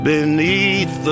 Beneath